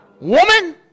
Woman